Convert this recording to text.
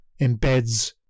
embeds